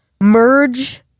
Merge